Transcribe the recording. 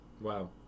wow